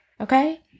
Okay